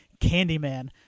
Candyman